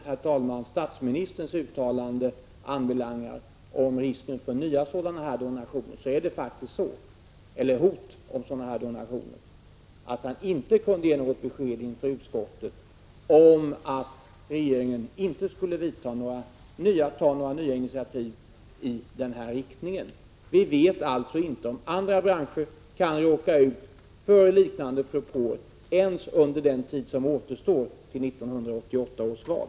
Vad anbelangar statsministerns uttalande om nya donationer eller risken för hot om donationer, kunde statsministern inte ge något besked inför utskottet att regeringen inte skulle ta några nya initiativ i denna riktning. Vi vet alltså inte om andra branscher kan råka ut för liknande propåer ens under den tid som återstår till 1988 års val.